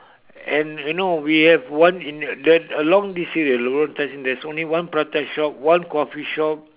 and you know we have one in the along this area road tai seng there's only one prata shop one coffee shop